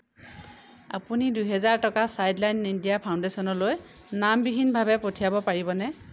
আপুনি দুই হাজাৰ টকা চাইল্ডলাইন ইণ্ডিয়া ফাউণ্ডেশ্যনলৈ নামবিহীনভাৱে পঠিয়াব পাৰিবনে